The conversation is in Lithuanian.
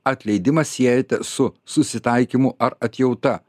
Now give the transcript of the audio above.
atleidimą siejate su susitaikymu ar atjauta